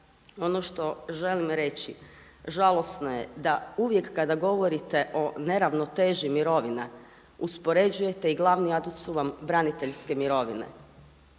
Ono što želim reći, žalosno je da uvijek kada govorite o neravnoteži mirovina uspoređujete i glavni adut su vam braniteljske mirovine.